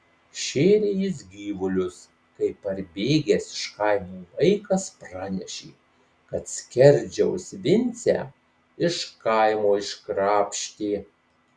šėrė jis gyvulius kai parbėgęs iš kaimo vaikas pranešė kad skerdžiaus vincę iš kaimo iškrapštė